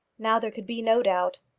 now there could be no doubt.